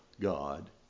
God